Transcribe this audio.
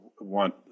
want